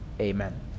amen